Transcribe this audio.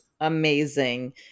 amazing